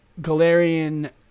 Galarian